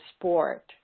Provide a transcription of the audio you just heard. sport